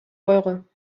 eure